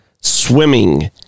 swimming